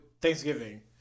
Thanksgiving